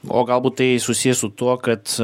o galbūt tai susiję su tuo kad